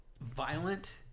violent